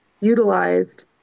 utilized